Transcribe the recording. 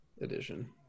edition